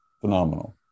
Phenomenal